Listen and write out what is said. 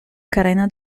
carena